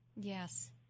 Yes